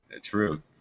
True